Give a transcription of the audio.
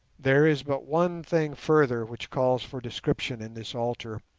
there is but one thing further which calls for description in this altar,